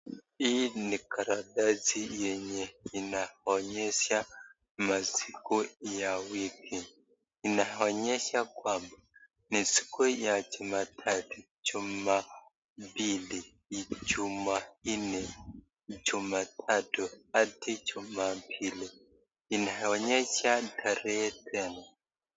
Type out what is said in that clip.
Karatasi yenye inaonyesha masiku ya wiki, inaonyesha kwamba kuna siku ya jumatatu, jumapili, jumanne. Inaonyesha tarehe tena.